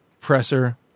presser